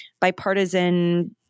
bipartisan